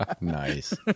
nice